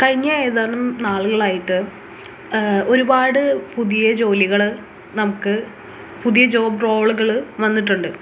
കഴിഞ്ഞ ഏതാനം നാളുകളായിട്ട് ഒരുപാട് പുതിയ ജോലികൾ നമുക്ക് പുതിയ ജോബ് റോളുകൾ വന്നിട്ടുണ്ട്